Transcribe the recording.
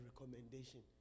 recommendation